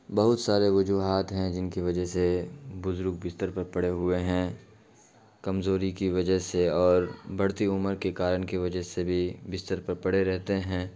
بہت سارے وجوہات ہیں جن کی وجہ سے بزرگ بستر پر پڑے ہوئے ہیں کمزوری کی وجہ سے اور بڑھتی عمر کے کارن کی وجہ سے بھی بستر پر پڑے رہتے ہیں